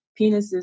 penises